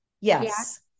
Yes